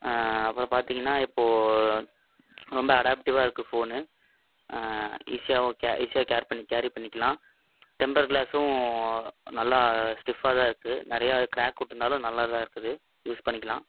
அப்புறம் பார்த்தீங்கன்னா இப்போ ரொம்ப அடாப்ட்டிவாக இருக்கு ஃபோனு ஈஸியாகவும் ஓகே ஈஸியாக கேர் பண்ணி கேரி பண்ணிக்கலாம் டெம்பர் கிளாஸும் நல்லா ஸ்டிஃப்ஃபாக தான் இருக்கு நிறையா கிராக் விட்ருந்தாலும் நல்லா தான் இருக்குது யூஸ் பண்ணிக்கலாம்